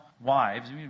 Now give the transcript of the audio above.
Wives